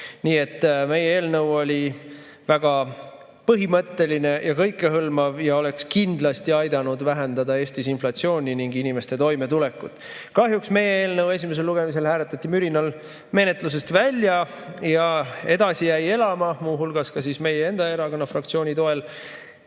Nii et meie eelnõu oli väga põhimõtteline ja kõikehõlmav. See oleks kindlasti aidanud vähendada Eestis inflatsiooni ning inimeste toimetulekut. Kahjuks meie eelnõu esimesel lugemisel hääletati mürinal menetlusest välja ja edasi jäi elama, muu hulgas ka meie enda erakonna fraktsiooni toel,